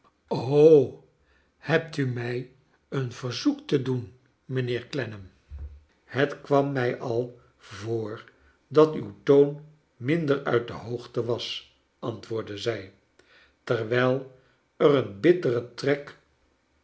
hebt u mij een verzoek te doen mijnheer clennam het kwam mij al voor dat uw toon minder uit de hoogte was antwoordde zij terwijl er een bittere trek